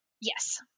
Yes